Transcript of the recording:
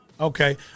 Okay